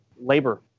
labor